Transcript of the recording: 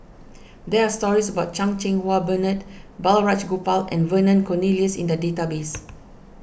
there are stories about Chan Cheng Wah Bernard Balraj Gopal and Vernon Cornelius in the database